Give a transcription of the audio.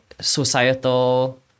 societal